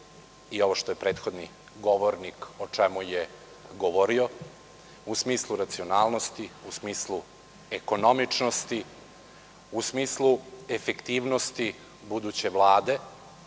i ovo što je prethodni govornik govorio. U smislu racionalizacije i ekonomičnosti, u smislu efektivnosti buduće Vlade